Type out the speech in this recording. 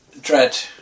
Dread